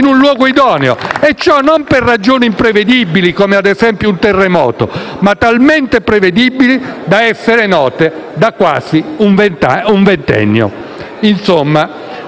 in un luogo idoneo, e ciò per ragioni non imprevedibili, come ad esempio un terremoto, ma talmente prevedibili da essere note da quasi un ventennio.